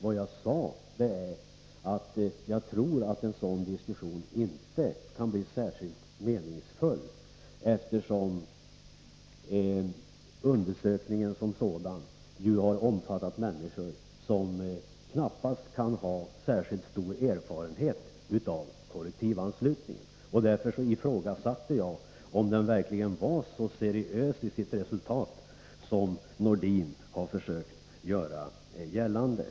Vad jag sade var att jag tror att en sådan diskussion inte kan bli särskilt meningsfull, eftersom undersökningen som sådan ju har omfattat människor som knappast kan ha så stor erfarenhet av kollektivanslutningen. Därför ifrågasatte jag om resultatet av den verkligen var så seriöst som Sven-Erik Nordin har försökt göra gällande.